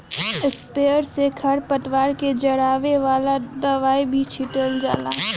sprayer से खर पतवार के जरावे वाला दवाई भी छीटल जाला